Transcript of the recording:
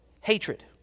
hatred